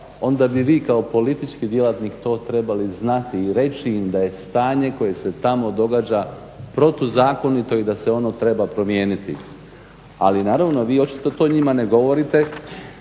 onda bi vi kao politički djelatnik to trebali znati i reći im da je stanje koje se tamo događa protuzakonito i da se ono treba promijeniti. Ali naravno, vi očito to njima ne govorite